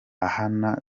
ahana